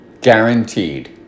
Guaranteed